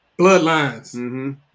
Bloodlines